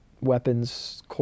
weapons